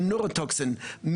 של נוירוטוקסין,